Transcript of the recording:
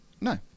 No